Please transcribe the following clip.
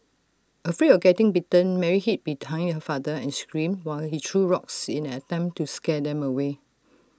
afraid of getting bitten Mary hid behind her father and screamed while he threw rocks in an attempt to scare them away